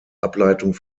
ableitung